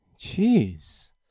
Jeez